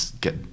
get